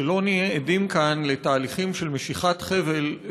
ושלא נהיה עדים כאן לתהליכים של משיכת חבל.